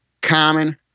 common